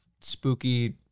spooky